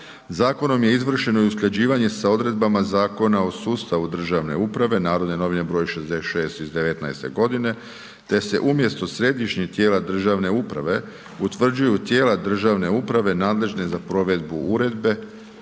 Zakonom je izvršeno i usklađivanje sa odredbama Zakona o sustavu državne uprave, NN br. 66 iz '19.g., te se umjesto Središnjeg tijela državne uprave utvrđuju tijela državne uprave nadležne za provedbu uredbe